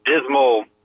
dismal